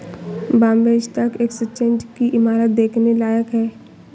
Bombay stock exchange की इमारत देखने लायक है